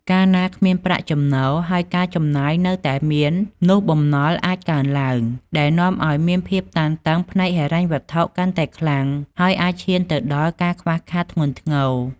កាលណាគ្មានប្រាក់ចំណូល ហើយការចំណាយនៅតែមាន នោះបំណុលអាចកើនឡើង ដែលនាំឱ្យមានភាពតានតឹងផ្នែកហិរញ្ញវត្ថុកាន់តែខ្លាំង ហើយអាចឈានទៅដល់ការខ្វះខាតធ្ងន់ធ្ងរ។